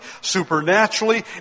supernaturally